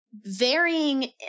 varying